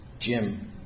Jim